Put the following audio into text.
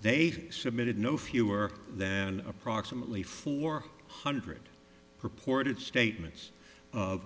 they submitted no fewer than approximately four hundred reported statements of